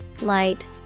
light